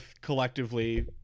collectively